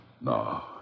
No